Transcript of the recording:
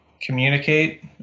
communicate